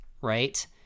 right